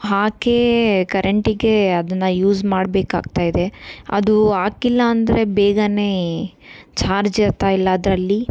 ಹಾಕೇ ಕರೆಂಟಿಗೆ ಅದನ್ನು ಯೂಸ್ ಮಾಡಬೇಕಾಗ್ತಾ ಇದೆ ಅದು ಹಾಕಿಲ್ಲ ಅಂದರೆ ಬೇಗನೇ ಚಾರ್ಜ್ ಆಗ್ತಾ ಇಲ್ಲ ಅದರಲ್ಲಿ